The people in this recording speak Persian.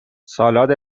سالاد